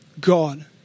God